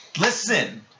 Listen